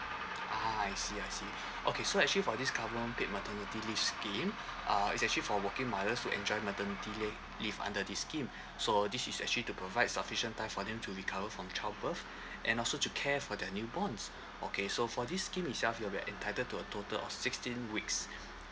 ah I see I see okay so actually for this current paid maternity leave scheme uh it's actually for working mothers to enjoy maternity link leave under this scheme so this is actually to provide sufficient time for them to recover from child birth and also to care for their new borns okay so for this scheme itself you'll be entitled to a total of sixteen weeks